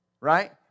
Right